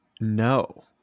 No